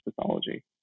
pathology